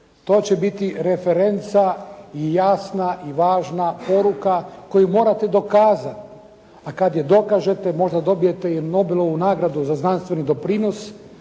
To će biti referenca i jasna i važna poruka koju morate dokazati, a kad je dokažete možda dobijete i Nobelovu nagradu za znanstveni doprinos.